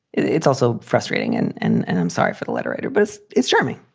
it's also frustrating. and and and i'm sorry for the letter writer, but it's it's charming,